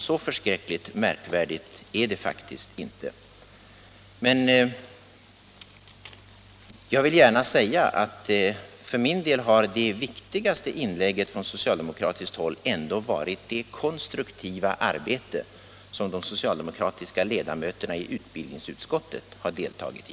Så förskräckligt märkvärdigt är det alltså inte. Jag vill emellertid gärna säga att som jag ser det har det viktigaste inslaget i debatten från socialdemokratiskt håll ändå varit det konstruktiva arbete som de socialdemokratiska ledamöterna i utbildningsutskottet har deltagit i.